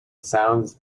sounds